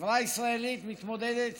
החברה הישראלית מתמודדת